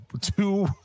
two